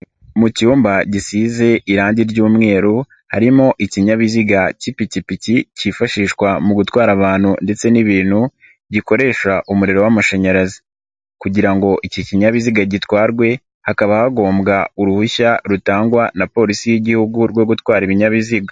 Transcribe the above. Mu cyumba gisize irangi ry'umweru harimo ikinyabiziga k'ipikipiki kifashishwa mu gutwara abantu ndetse n'ibintu gikoresha umuriro w'amashanyarazi kugira ngo iki kinyabiziga gitwarwe hakaba hagombwa uruhushya rutangwa na Polisi y'Igihugu rwo gutwara ibinyabiziga.